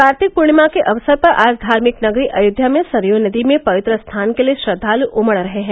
कार्तिक पूर्णिमा के अवसर पर आज धार्मिक नगरी अयोध्या में सरयू नदी में पवित्र स्नान के लिए श्रद्वालु उमड़ रहे हैं